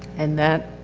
and that,